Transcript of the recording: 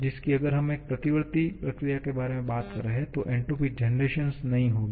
जबकि अगर हम एक प्रतिवर्ती प्रक्रिया के बारे में बात कर रहे हैं तो एन्ट्रापी जनरेशन नहीं होगी